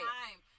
time